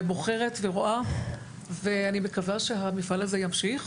ובוחרת ורואה ואני מקווה שהמפעל הזה ימשיך